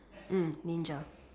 mm ninja